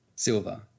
Silver